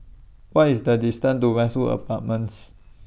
What IS The distance to Westwood Apartments